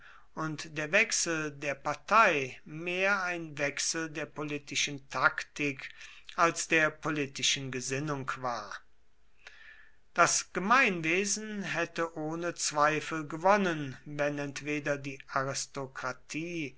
und der wechsel der partei mehr ein wechsel der politischen taktik als der politischen gesinnung war das gemeinwesen hätte ohne zweifel gewonnen wenn entweder die aristokratie